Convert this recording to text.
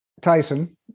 Tyson